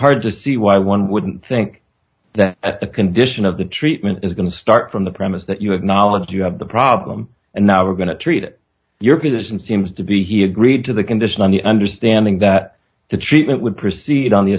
hard to see why one wouldn't think that the condition of the treatment is going to start from the premise that you have knowledge you have the problem and now we're going to treat it your position seems to be he agreed to the condition on the understanding that the treatment would proceed on the